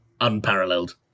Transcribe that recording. unparalleled